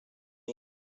nit